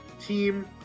team